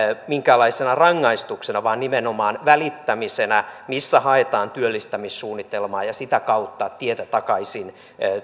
minkäänlaisena rangaistuksena vaan nimenomaan välittämisenä missä haetaan työllistämissuunnitelmaa ja sitä kautta tietä takaisin